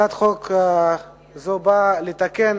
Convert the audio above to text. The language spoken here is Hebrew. הצעת חוק זו באה לתקן